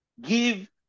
Give